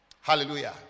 Hallelujah